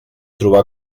trobà